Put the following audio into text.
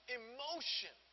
emotion